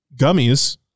gummies